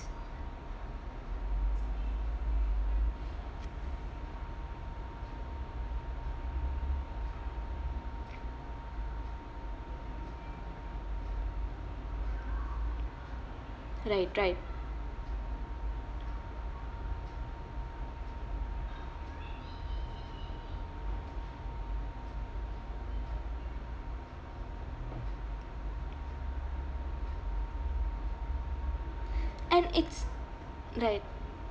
right right and it's right